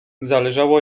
zależało